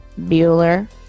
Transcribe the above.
Bueller